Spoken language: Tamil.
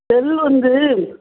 செல்லு வந்து